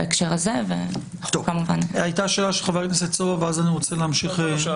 חבר הכנסת סובה, בבקשה.